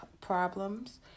problems